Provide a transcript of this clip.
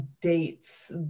dates